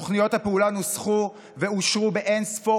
תוכניות הפעולה נוסחו ואושרו באין-ספור